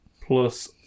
Plus